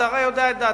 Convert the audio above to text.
אתה הרי יודע את דעתי,